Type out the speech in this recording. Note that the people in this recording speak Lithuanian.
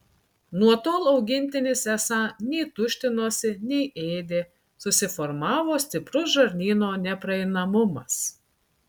nuo tol augintinis esą nei tuštinosi nei ėdė susiformavo stiprus žarnyno nepraeinamumas